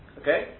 okay